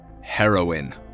heroin